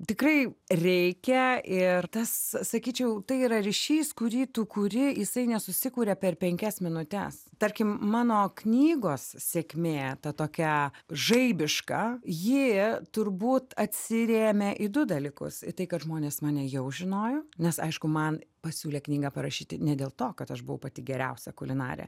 tikrai reikia ir tas sakyčiau tai yra ryšys kurį tu kuri jisai nesusikuria per penkias minutes tarkim mano knygos sėkmė ta tokia žaibiška ji turbūt atsirėmė į du dalykus į tai kad žmonės mane jau žinojo nes aišku man pasiūlė knygą parašyti ne dėl to kad aš buvau pati geriausia kulinarė